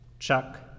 Chuck